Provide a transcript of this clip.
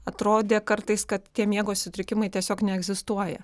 atrodė kartais kad tie miego sutrikimai tiesiog neegzistuoja